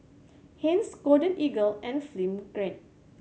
Heinz Golden Eagle and Film Grade